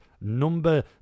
number